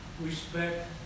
respect